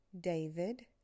David